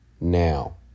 now